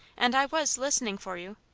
and i was listening for you.